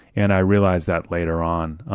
and i realized that later on.